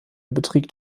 beträgt